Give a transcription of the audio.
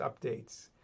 Updates